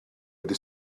wedi